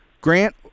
Grant